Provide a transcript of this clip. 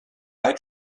eye